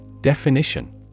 Definition